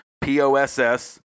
P-O-S-S